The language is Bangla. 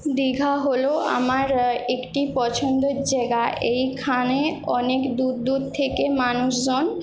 দীঘা হল আমার একটি পছন্দর জায়গা এইখানে অনেক দূর দূর থেকে মানুষজন